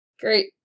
Great